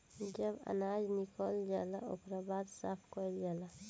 जब अनाज निकल जाला ओकरा बाद साफ़ कईल जाला